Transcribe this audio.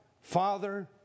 Father